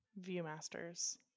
Viewmasters